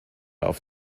auf